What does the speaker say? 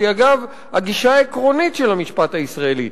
שהיא אגב הגישה העקרונית של המשפט הישראלי,